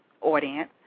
audience